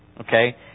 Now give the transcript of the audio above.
Okay